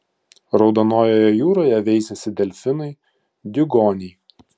raudonojoje jūroje veisiasi delfinai diugoniai